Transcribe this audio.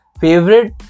Favorite